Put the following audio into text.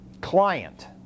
client